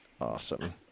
Awesome